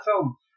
film